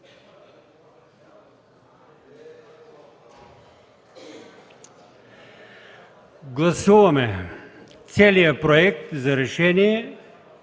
Гласуваме целия Проект на решение,